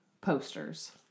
posters